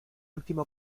último